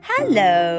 ,Hello